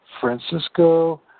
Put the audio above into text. Francisco